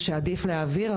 ושעדיף להעביר את החוק,